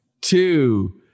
two